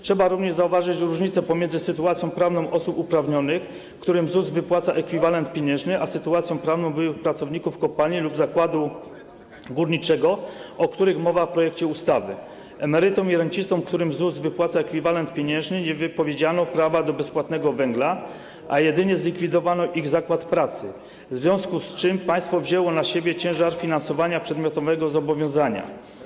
Trzeba również zauważyć, że różnice pomiędzy sytuacją prawną osób uprawnionych, którym ZUS wypłaca ekwiwalent pieniężny, a sytuacją prawną byłych pracowników kopalni lub zakładu górniczego, o których mowa w projekcie ustawy, emerytom i rencistom, którym ZUS wypłaca ekwiwalent pieniężny, nie wypowiedziano prawa do bezpłatnego węgla, a jedynie zlikwidowano ich zakład pracy, w związku z czym państwo wzięło na siebie ciężar finansowania przedmiotowego zobowiązania.